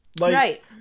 Right